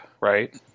right